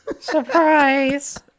surprise